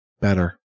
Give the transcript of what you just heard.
better